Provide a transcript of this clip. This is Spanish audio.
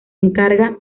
encarga